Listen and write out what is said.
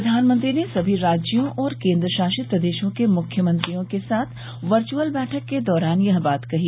प्रधानमंत्री ने समी राज्यों और केंद्र शासित प्रदेशों के मुख्यमंत्रियों के साथ वर्चअल बैठक के दौरान यह बात कही